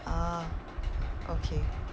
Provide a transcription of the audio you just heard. ah okay